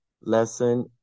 lesson